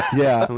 yeah.